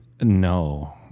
No